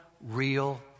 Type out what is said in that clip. real